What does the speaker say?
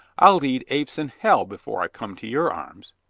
i'll lead apes in hell before i come to your arms.